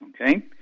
okay